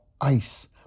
ice